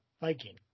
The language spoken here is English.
Viking